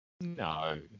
No